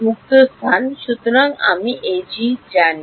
মুক্ত স্থান সুতরাং আমি এই g জানি